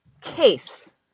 case